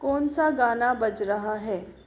कौनसा गाना बज रहा है